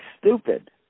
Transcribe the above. stupid